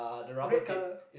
red colour